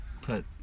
put